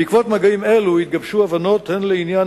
בעקבות מגעים אלה התגבשו הבנות הן בעניין